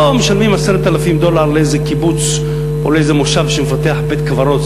פה משלמים 10,000 דולר לאיזה קיבוץ או לאיזה מושב שמפתח בית-קברות,